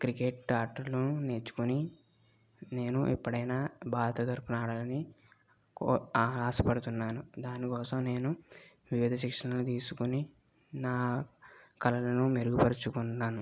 cricket ఆటలు నేర్చుకొని నేను ఎప్పుడైనా భారత తరపున ఆడాలి ఆశపడుతున్నాను దానికోసం నేను వివిధ శిక్షణలు తీసుకొని నా కలలను మెరుగుపరుచుకున్నాను